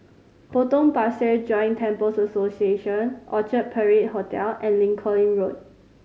Potong Pasir Joint Temples Association Orchard Parade Hotel and Lincoln Road